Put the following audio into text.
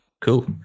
cool